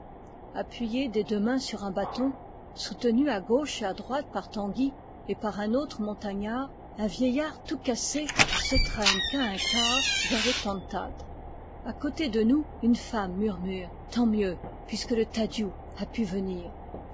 appuyé des deux mains sur un bâton soutenu à gauche et à droite par tanguy et par un autre môntagnard un vieillard tout cassé se traine cahincaha vers le tantad a côté de nous une femme murmure tant mieux puisque le tadiou a pu venir